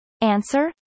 Answer